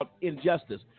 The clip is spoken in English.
injustice